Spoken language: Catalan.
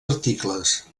articles